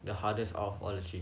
the hardest of all the three